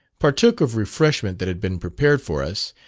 partook of refreshment that had been prepared for us,